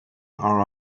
are